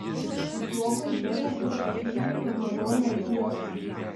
zuokui teko pripažinti nemalonią tiesą